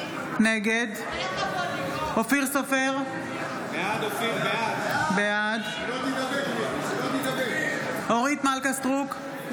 נגד אופיר סופר, בעד אורית מלכה סטרוק,